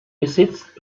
besitzt